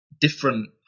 different